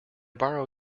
borrow